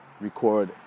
record